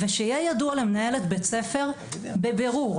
ושיהיה ידוע למנהלת בית-ספר בבירור,